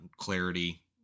clarity